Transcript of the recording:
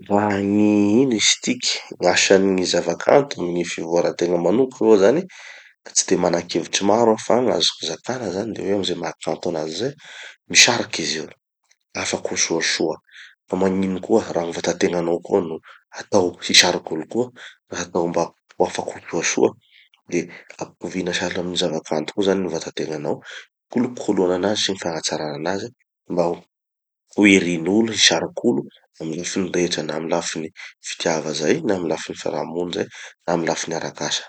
Raha gny, ino izy tiky, gn'asan'ny gny zavakanto amy gny fivoara-tegna manoka aloha zany da tsy de mana-kevitry maro aho. Fa gn'azoko zakana zany de hoe amy ze maha kanto anazy zay, misariky izy io, afaky ho soasoa. Ka magnino koa raha gny vatategnanao koa no hatao hisariky olo koa, hatao mba ho afaky ho soasoa, de ampitovina sahala amy gny zava-kanto koa zany gny vata-tegnanao, hikolokoloana anazy sy gny hagnatsarana anazy, mba ho irin'olo sy hisariky olo amy lafiny rehetra, na amy lafiny fitiava zay na amy lafiny fiarahamony zay na amy lafiny arak'asa.